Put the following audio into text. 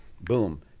Boom